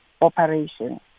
operation